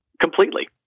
completely